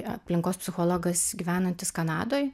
aplinkos psichologas gyvenantis kanadoj